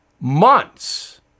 months